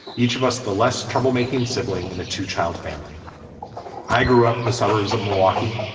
each of us the less troublemaking sibling and a two child family i grew up in the suburbs of milwaukee.